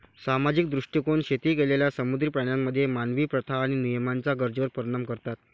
सामाजिक दृष्टीकोन शेती केलेल्या समुद्री प्राण्यांमध्ये मानवी प्रथा आणि नियमांच्या गरजेवर परिणाम करतात